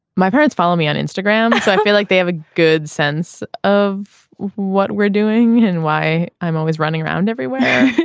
my parents follow me on instagram so i feel like they have a good sense of what we're doing and why i'm always running around everywhere